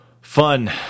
fun